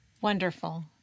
Wonderful